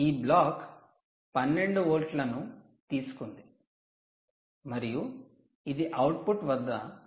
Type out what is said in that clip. ఈ బ్లాక్ 12 వోల్ట్లను తీసుకుంది మరియు ఇది అవుట్పుట్ వద్ద 5